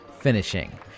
finishing